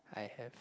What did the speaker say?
I have